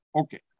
Okay